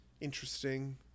Interesting